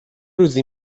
روزی